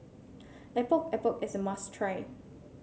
Epok Epok is a must try